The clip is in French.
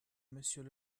monsieur